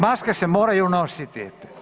Maske se moraju nositi!